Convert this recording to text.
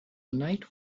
night